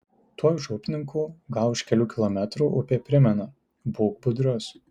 tuoj už upninkų gal už kelių kilometrų upė primena būk budrus